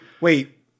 Wait